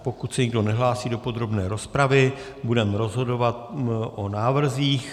Pokud se nikdo nehlásí do podrobné rozpravy, budeme rozhodovat o návrzích.